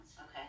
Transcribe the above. Okay